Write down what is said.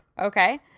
okay